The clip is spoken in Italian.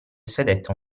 sedette